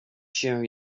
się